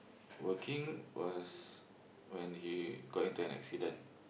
working was when he got into an accident